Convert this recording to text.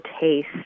Taste